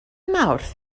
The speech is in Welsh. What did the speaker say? mawrth